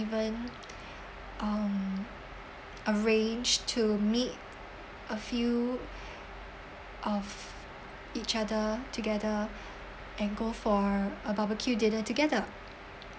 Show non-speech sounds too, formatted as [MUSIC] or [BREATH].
even [NOISE] um arranged to meet a few [BREATH] of each other together and go for a barbeque dinner together